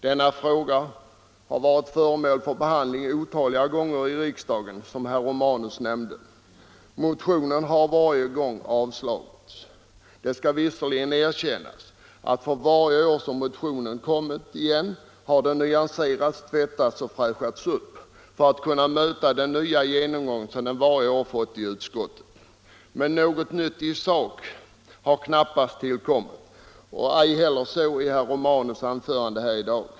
Denna fråga har, som herr Romanus nämnde, varit föremål för behandling otaliga gånger i riksdagen och motionen har varje gång avslagits. Det skall visserligen erkännas att för varje år som motionen = Nr 44 kommit igen har den nyanserats, tvättats och fräschats upp för att kunna Fredagen den möta den nya genomgång som den varje år fått i utskottet. Men något 21 mais 1975 nytt i sak har knappast tillkommit, och det har det inte heller gjort i herr Romanus anförande här i dag.